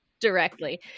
directly